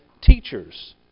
teachers